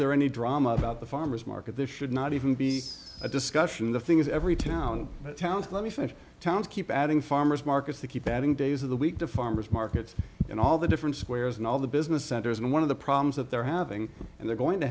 there any drama about the farmer's market this should not even be a discussion the thing is every town towns let me finish towns keep adding farmers markets they keep adding days of the week to farmers markets and all the different squares and all the business centers and one of the problems that they're having and they're going to